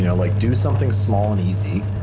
you know like do something small and easy,